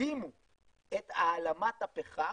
שתקדימו את העלמת הפחם